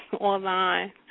online